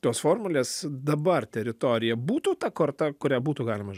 tos formulės dabar teritorija būtų ta korta kuria būtų galima žai